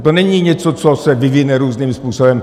To není něco, co se vyvine různým způsobem.